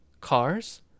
cars